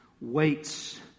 waits